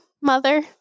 mother